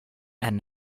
and